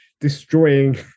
destroying